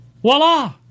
Voila